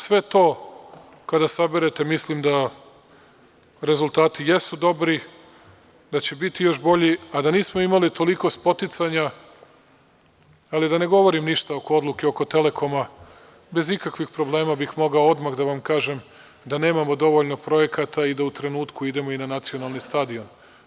Sve to kada saberete mislim da rezultati jesu dobri, da će biti još bolji, a da nismo imali toliko spoticanja, ali da ne govorim ništa oko odluke oko „Telekoma“, bez ikakvih problema bih mogao odmah da vam kažem da nemamo dovoljno projekata i da u trenutku idemo i na nacionalni stadion.